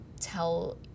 tell